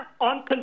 on